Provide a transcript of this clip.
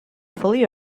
fully